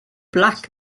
black